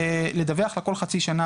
לדווח לה כל חצי שנה